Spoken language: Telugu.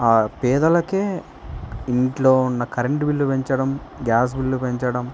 ఆ పేదలకే ఇంట్లో ఉన్న కరెంటు బిల్లు పెంచడం గ్యాస్ బిల్లు పెంచడం